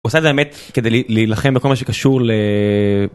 עושה את זה האמת כדי להילחם בכל מה שקשור ל.